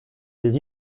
des